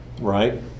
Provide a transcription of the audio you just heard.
right